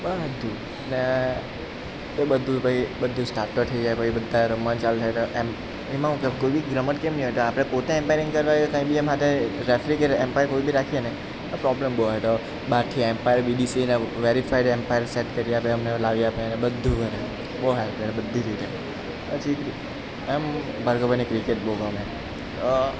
બધુ ને એ બધું પછી બધું સ્ટાર્ટ તો થઈ જાય પછી બધાએ રમવાનું ચાલું થાય તો એમ એમાં શું કે કોઈ બી રમત કેમ ની આવતા આપણે પોતે અમ્પાયરિંગ કરતા કંઈ બી એમ સાથે રેફરી કે અમ્પાયર કોઈ બી રાખીએ ને તો પ્રોબલમ બહુ આવે તો બહારથી અમ્પાયર બીડીસીએના વેરીફાયડ એમ્પાયર સેટ કરી આપે અમને લાવી આપે ને બધું કરે બહુ સારું કરે બઘી રીતે પછી એમ ભાર્ગવભાઈને ક્રિકેટ બહુ ગમે